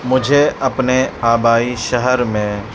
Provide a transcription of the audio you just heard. مجھے اپنے آبائی شہر میں